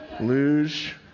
Luge